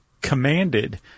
commanded